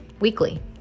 weekly